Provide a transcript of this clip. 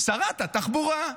שרת התחבורה.